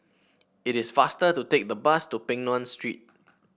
it is faster to take the bus to Peng Nguan Street